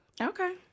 Okay